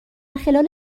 خلال